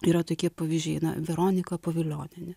yra tokie pavyzdžiai veronika povilionienė